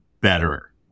better